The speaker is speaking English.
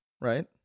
right